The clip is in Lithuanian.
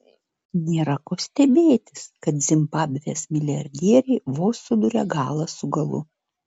nėra ko stebėtis kad zimbabvės milijardieriai vos suduria galą su galu